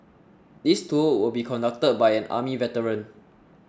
this tour will be conducted by an army veteran